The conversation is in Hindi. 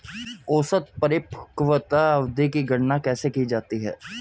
औसत परिपक्वता अवधि की गणना कैसे की जाती है?